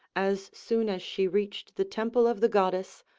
as soon as she reached the temple of the goddess,